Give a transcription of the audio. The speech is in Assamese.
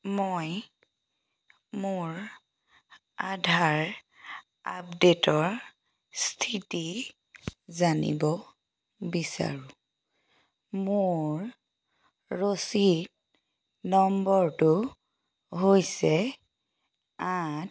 মই মোৰ আধাৰ আপডেটৰ স্থিতি জানিব বিচাৰোঁ মোৰ ৰচিদ নম্বৰটো হৈছে আঠ